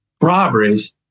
robberies